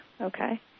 Okay